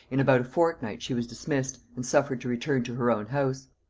in about a fortnight she was dismissed, and suffered to return to her own house.